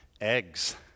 eggs